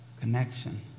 connection